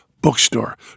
Bookstore